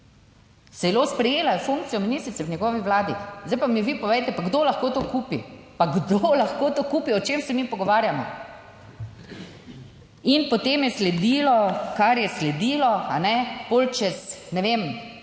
Celo sprejela je funkcijo ministrice v njegovi vladi. Zdaj pa mi vi povejte, pa kdo lahko to kupi? Pa kdo lahko to kupi? O čem se mi pogovarjamo? In potem je sledilo, kar je sledilo, kajne, potem čez, ne vem,